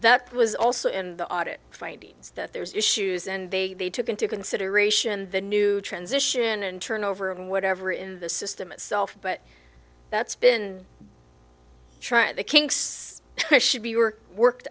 that was also in the audit findings that there's issues and they took into consideration the new transition and turnover and whatever in the system itself but that's been the kinks should be were worked